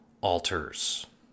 altars